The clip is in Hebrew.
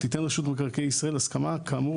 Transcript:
תיתן רשות מקרקעי ישראל הסכמה כאמור,